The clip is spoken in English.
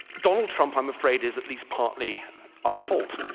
donald trump i'm afraid is at least partly our fault.